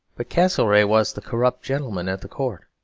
but castlereagh was the corrupt gentleman at the court,